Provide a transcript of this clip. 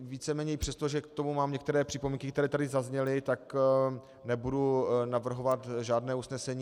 Víceméně přestože k tomu mám některé připomínky, které tady zazněly, tak nebudu navrhovat žádné usnesení.